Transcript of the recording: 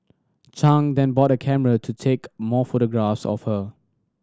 Chang then bought a camera to take more photographs of her